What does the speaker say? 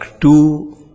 two